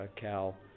Cal